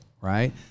right